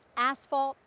asphalt,